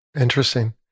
Interesting